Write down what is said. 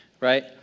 right